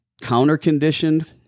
counter-conditioned